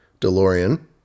delorean